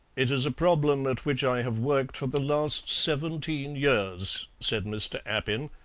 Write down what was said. it is a problem at which i have worked for the last seventeen years, said mr. appin,